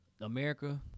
America